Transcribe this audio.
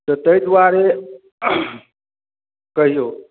तऽ तै दुआरे कहियौ